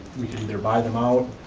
we can either buy them out,